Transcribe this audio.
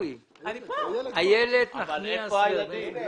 איילת נחמיאס ורבין.